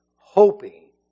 hoping